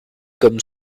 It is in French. comme